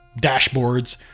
dashboards